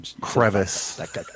crevice